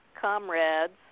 comrades